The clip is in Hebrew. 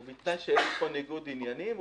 ובתנאי שאין פה ניגוד עניינים,